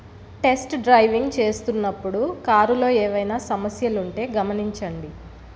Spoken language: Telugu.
టెస్ట్ డ్రైవింగ్ చేస్తున్నప్పుడు కారులో ఏవైనా సమస్యలుంటే గమనించండి